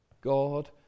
God